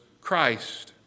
Christ